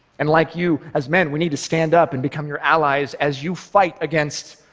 and like you, as men, we need to stand up and become your allies as you fight against